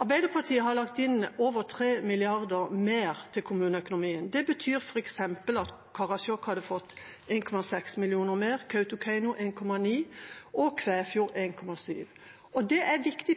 Arbeiderpartiet har lagt inn over 3 mrd. kr mer til kommuneøkonomien. Det betyr f.eks. at Karasjok hadde fått 1,6 mill. kr mer, Kautokeino 1,9 mill. kr og Kvæfjord 1,7 mill. kr. Det er viktig,